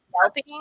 helping